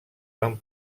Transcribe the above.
van